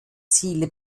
ziele